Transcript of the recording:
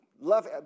love